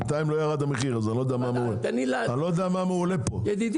בינתיים לא ירד המחיר אז אני לא יודע מה מעולה --- ידידי,